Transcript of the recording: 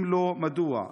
2. אם לא, מדוע?